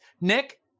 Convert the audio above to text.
nick